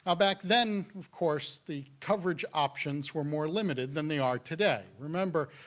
ah back then, of course, the coverage options were more limited than they are today. remember,